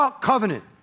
covenant